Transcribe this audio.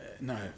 No